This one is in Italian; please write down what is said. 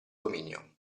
dominio